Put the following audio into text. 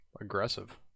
aggressive